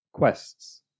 Quests